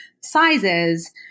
sizes